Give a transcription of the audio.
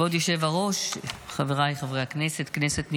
כבוד היושב-ראש, חבריי חברי הכנסת, כנסת נכבדה,